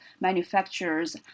manufacturers